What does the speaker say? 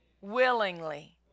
willingly